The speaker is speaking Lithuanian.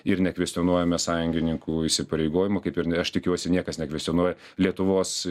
ir nekvestionuojame sąjungininkų įsipareigojimų kaip ir aš tikiuosi niekas nekvestionuoja lietuvos